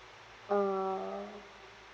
uh